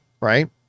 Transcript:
right